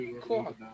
Cool